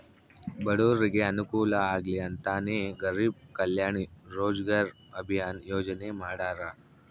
ಬಡೂರಿಗೆ ಅನುಕೂಲ ಆಗ್ಲಿ ಅಂತನೇ ಗರೀಬ್ ಕಲ್ಯಾಣ್ ರೋಜಗಾರ್ ಅಭಿಯನ್ ಯೋಜನೆ ಮಾಡಾರ